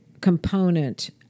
component